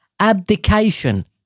Abdication